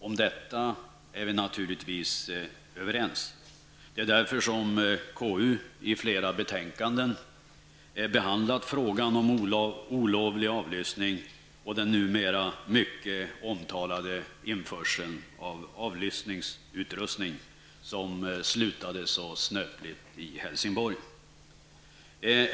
Om detta är vi naturligtvis överens. Det är därför som KU i flera betänkanden behandlat frågan om olovlig avlyssning och den numera mycket omtalade införseln av avlyssningsutrustning som slutade så snöpligt i Helsingborg.